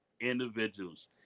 individuals